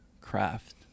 craft